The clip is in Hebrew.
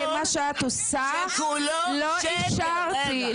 כי מה שאת עושה לא אישרתי.